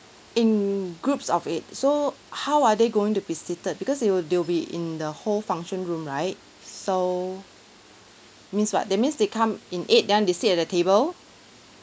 in groups of eight so how are they going to be seated because it'll they'll be in the whole function room right so means what that means they come in eight then they sit at the table